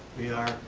we are.